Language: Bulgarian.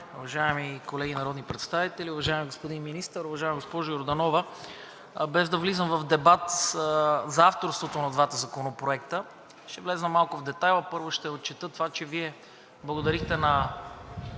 Уважаеми колеги народни представители, уважаеми господин Министър! Уважаема госпожо Йорданова, без да влизам в дебат за авторството на двата законопроекта, ще вляза малко в детайл. Първо, ще отчета това, че Вие благодарихте на